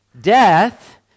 death